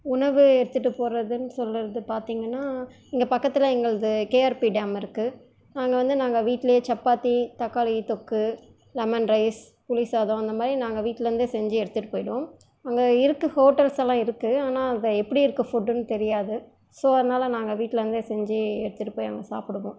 உணவு எடுத்துகிட்டு போகிறதுன் சொல்கிறது பார்த்திங்கனா இங்கே பக்கத்தில் எங்களது கேஆர்பி டேம் இருக்குது அங்கே வந்து நாங்கள் வீட்டிலே சப்பாத்தி தக்காளி தொக்கு லெமன் ரைஸ் புளி சாதம் அந்த மாதிரி நாங்கள் வீட்லருந்தே செஞ்சு எடுத்துகிட்டு போயிவிடுவோம் அங்கே இருக்குது ஹோட்டல்ஸ்ஸெல்லாம் இருக்குது ஆனால் அங்கே எப்படி இருக்குது ஃபுட்டுன்னு தெரியாது ஸோ அதனால் நாங்கள் வீட்லருந்தே செஞ்சு எடுத்துகிட்டு போய் அங்கே சாப்பிடுவோம்